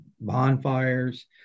bonfires